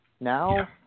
Now